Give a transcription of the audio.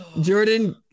Jordan